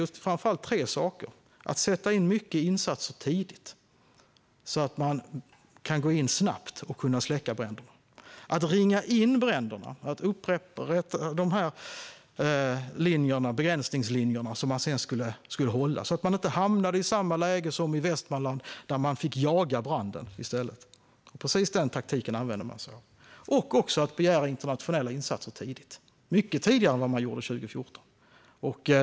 Jo, framför allt tre saker: att sätta in många insatser tidigt så att man snabbt kunde gå in och släcka bränder, att ringa in bränderna och att upprätta begränsningslinjer som sedan skulle hållas så att man inte hamnade i samma läge som i Västmanland, där man i stället fick jaga branden. Precis den taktiken använde man sig av. Man begärde också internationella insatser tidigt, mycket tidigare än vad man gjorde 2014.